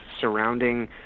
surrounding